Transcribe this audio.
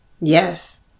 Yes